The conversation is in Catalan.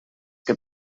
que